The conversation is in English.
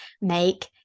make